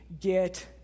get